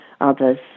others